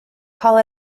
call